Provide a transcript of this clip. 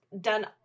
done